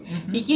mmhmm